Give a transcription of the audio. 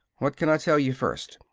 what can i tell you first?